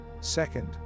Second